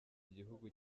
igihugu